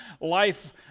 life